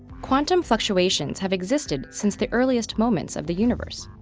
quantum fluctuations have existed since the earliest moments of the universe.